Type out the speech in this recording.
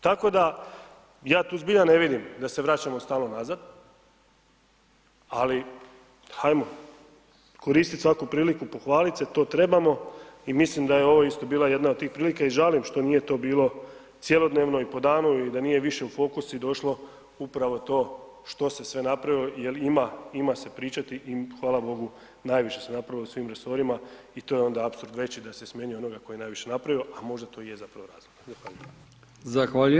Tako da ja tu zbilja ne vidim da se vraćamo stalo nazad, ali hajmo koristiti svaku priliku, pohvalit se to trebamo i mislim da je ovo isto bila jedna od tih prilika i žalim što nije to bilo cjelodnevno i po danu i da nije više u fokus i došlo upravo to što se sve napravilo jel ima se pričati i hvala Bogu najviše se napravilo u svim resorima i to je onda apsurd veći da se smjenjuje onoga tko je najviše napravio, a možda to i je zapravo razlog.